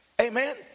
Amen